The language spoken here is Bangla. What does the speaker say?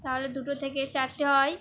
তাহলে দুটো থেকে চারটে হয়